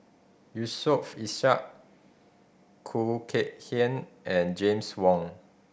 Yusof Ishak Khoo Kay Hian and James Wong